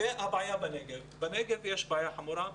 לגבי הנגב, שם יש בעיה חמורה.